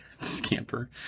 Scamper